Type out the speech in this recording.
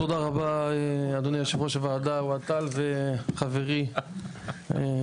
תודה רבה אדוני יושב ראש הוועדה וחברי שיקלי,